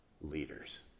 leaders